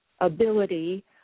ability